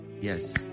Yes